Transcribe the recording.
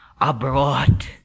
abroad